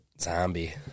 Zombie